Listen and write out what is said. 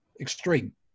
extreme